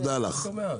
תודה לך.